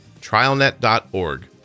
TrialNet.org